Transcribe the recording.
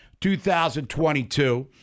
2022